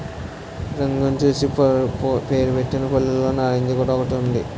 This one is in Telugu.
రంగును చూసి పేరుపెట్టిన పళ్ళులో నారింజ కూడా ఒకటి ఉంది